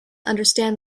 understand